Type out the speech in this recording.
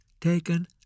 taken